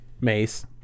Mace